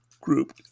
group